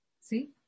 See